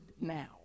now